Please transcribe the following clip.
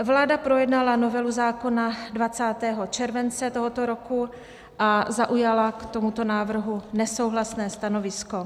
Vláda projednala novelu zákona 20. července tohoto roku a zaujala k tomuto návrhu nesouhlasné stanovisko.